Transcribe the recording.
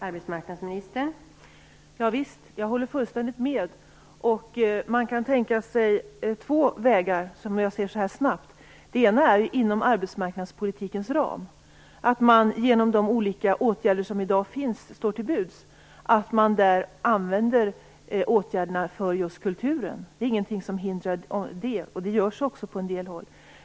Fru talman! Jag håller fullständigt med. Man kan tänka sig två vägar. Den ena är att man inom arbetsmarknadspolitikens ram genom de åtgärder som står till buds använder dessa för just kulturen. Det är ingenting som hindrar det, och det görs också på en del håll.